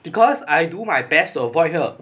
because I do my best to avoid her